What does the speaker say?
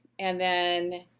and then,